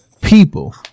people